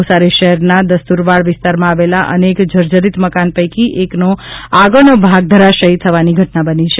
નવસારી શહેરના દસ્તુરવાડ વિસ્તારમાં આવેલા અનેક જર્જરીત મકાન પૈકી એકનો આગળનો ભાગ ધરાશાયી થવાની ઘટના બની છે